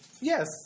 Yes